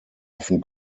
often